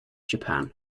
japan